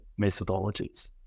methodologies